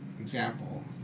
example